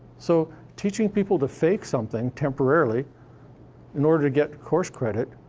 so teaching people to fake something temporarily in order to get course credit